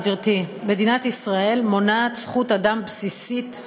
גברתי: מדינת ישראל מונעת זכות אדם בסיסית,